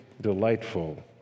delightful